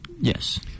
Yes